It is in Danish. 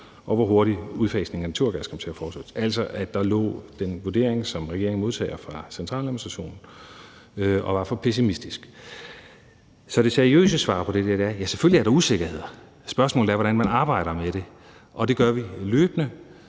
og hvor hurtigt udfasningen af naturgas kom til at foregå. Der lå altså en vurdering, som regeringen modtager fra centraladministrationen, og som var for pessimistisk. Så det seriøse svar på det her er: Ja, selvfølgelig er der usikkerheder, men spørgsmålet er, hvordan man arbejder med det. Det gør vi løbende,